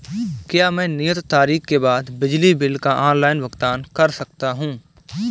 क्या मैं नियत तारीख के बाद बिजली बिल का ऑनलाइन भुगतान कर सकता हूं?